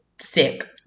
sick